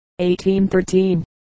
1813